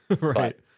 right